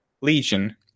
Legion